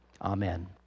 Amen